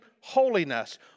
holiness